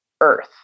Earth